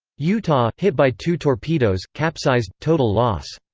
utah hit by two torpedoes, capsized total loss.